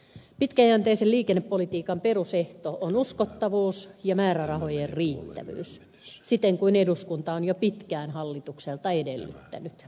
pitkäjänteisen liikennepolitiikan perusehto on uskottavuus ja määrärahojen riittävyys siten kuin eduskunta on jo pitkään hallitukselta edellyttänyt